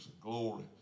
glory